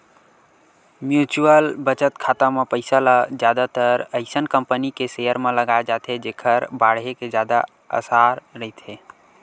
mutual बचत खाता म पइसा ल जादातर अइसन कंपनी के सेयर म लगाए जाथे जेखर बाड़हे के जादा असार रहिथे